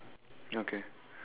okay